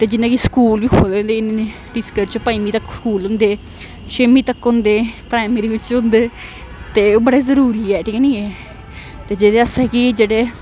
ते जियां कि स्कूल बी खोह्ल दे होंदे इन्ने च पंजमीं तक स्कूल होंदे छेमीं तक होंदे प्राइमरी बिच होंदे ते ओह् बड़े जरूरी ऐ ठीक ऐ न ऐ ते जेह्दे असें कि जेह्ड़े